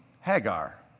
Hagar